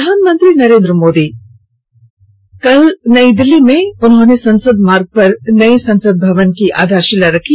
प्रधानमंत्री नरेंद्र मोदी ने कल नई दिल्ली में संसद मार्ग पर नए संसद भवन की आधारशिला रखी